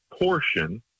portion